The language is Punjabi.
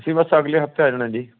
ਅਸੀਂ ਬਸ ਅਗਲੇ ਹਫਤੇ ਆ ਜਾਣਾ ਜੀ